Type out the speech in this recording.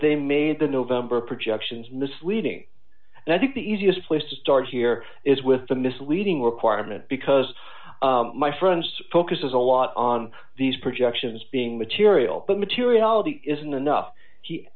they made the november projections misleading and i think the easiest place to start here is with the misleading requirement because my friends focuses a lot on these projections being material but materiality isn't enough he